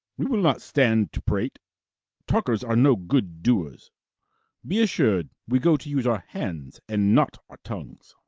we will not stand to prate talkers are no good doers be assur'd we go to use our hands, and not our tongues.